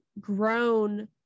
grown